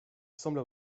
semble